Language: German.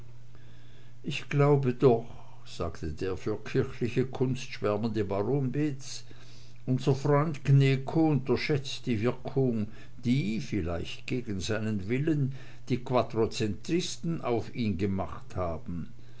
ich glaube doch sagte der für kirchliche kunst schwärmende baron beetz unser freund gnewkow unterschätzt die wirkung die vielleicht gegen seinen willen die quattrocentisten auf ihn gemacht haben